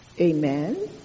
Amen